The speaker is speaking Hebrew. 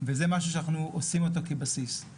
וזה משהו שאנחנו עושים אותו כבסיס.